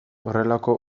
horrelako